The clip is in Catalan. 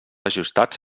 ajustats